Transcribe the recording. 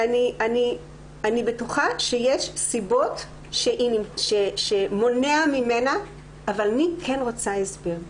אני בטוחה שיש סיבות שמונעות ממנה אבל אני כן רוצה הסבר.